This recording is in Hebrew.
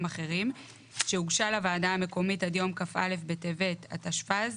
אחרים שהוגשה לוועדה המקומית עד יום כ"א בטבת התשפ"ז,